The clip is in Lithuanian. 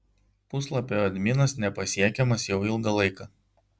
puslapio adminas nepasiekiamas jau ilgą laiką